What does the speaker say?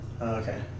okay